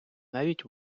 навіть